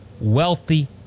wealthy